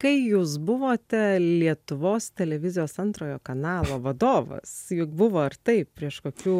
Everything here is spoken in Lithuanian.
kai jūs buvote lietuvos televizijos antrojo kanalo vadovas juk buvo ir taip prieš kokių